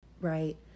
right